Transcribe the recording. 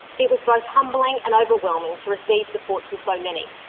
it was both humbling and overwhelming to receive support from so many.